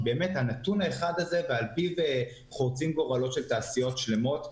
בנתון אחד בלבד שעל פיו חורצים גורלות של תעשיות שלימות.